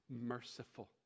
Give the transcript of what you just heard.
merciful